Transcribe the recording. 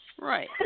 Right